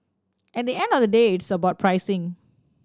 at the end of the day it's about pricing